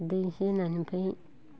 खारदै इसे होनानै ओमफाय